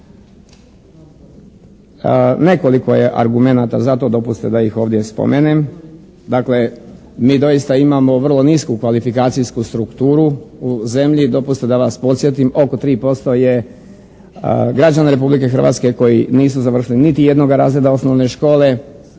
Nekoliko je argumenata za to, dopustite da ih ovdje spomenem. Dakle, mi doista imamo vrlo nisku kvalifikacijsku strukturu u zemlji i dopustite da vas podsjetim oko 3% je građana Republike Hrvatske koji nisu završili niti jednoga razreda osnovne škole.